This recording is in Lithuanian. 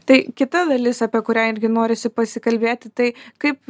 tai kita dalis apie kurią irgi norisi pasikalbėti tai kaip